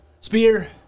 Spear